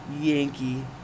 Yankee